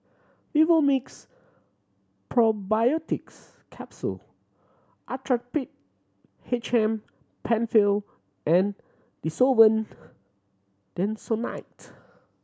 Vivomixx Probiotics Capsule Actrapid H M Penfill and Desowen Desonide